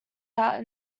out